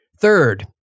Third